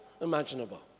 imaginable